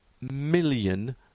million